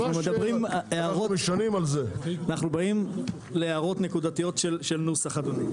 אנחנו באים להערות נקודתיות של נוסח אדוני,